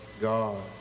God